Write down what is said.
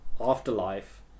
Afterlife